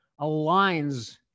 aligns